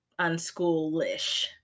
unschoolish